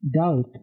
doubt